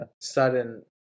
Sudden